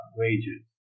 wages